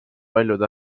paljud